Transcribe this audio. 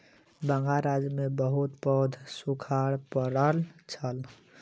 बंगाल राज्य में बहुत पैघ सूखाड़ पड़ल छल